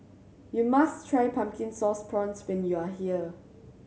you must try Pumpkin Sauce Prawns when you are here